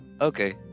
Okay